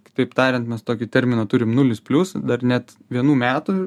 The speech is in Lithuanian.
kitaip tariant mes tokį terminą turim nulis plius dar net vienų metų